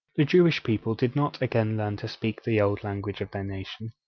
the jewish people did not again learn to speak the old language of their nation.